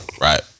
Right